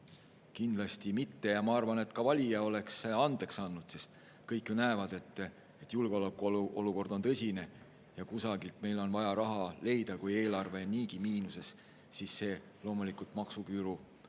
kindlasti mitte. Ma arvan, et ka valija oleks andeks andnud, sest kõik ju näevad, et julgeolekuolukord on tõsine ja kusagilt on meil vaja raha leida. Kui eelarve on niigi miinuses, siis loomulikult maksuküüru